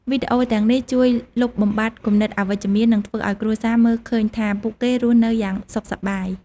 វីដេអូទាំងនេះជួយលុបបំបាត់គំនិតអវិជ្ជមាន និងធ្វើឲ្យគ្រួសារមើលឃើញថាពួកគេរស់នៅយ៉ាងសុខសប្បាយ។